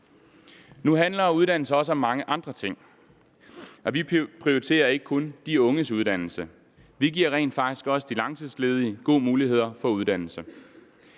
Nu handler uddannelse også om mange andre ting, og vi prioriterer ikke kun de unges uddannelse. Vi giver rent faktisk også de langtidsledige gode muligheder for uddannelse.